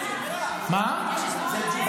אני יודע.